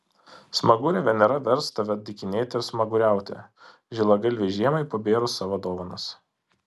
smagurė venera vers tave dykinėti ir smaguriauti žilagalvei žiemai pabėrus savo dovanas